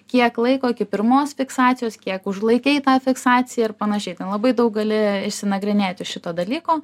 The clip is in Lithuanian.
kiek laiko iki pirmos fiksacijos kiek užlaikei tą fiksaciją ir panašiai ten labai daug gali išsinagrinėti šito dalyko